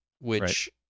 which-